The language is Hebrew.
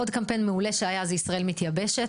עוד קמפיין מעולה שהיה זה "ישראל מתייבשת",